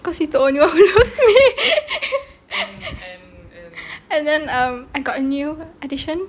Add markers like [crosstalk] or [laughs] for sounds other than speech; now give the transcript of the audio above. because he's the only one who loves me [laughs] and then uh I got a new addition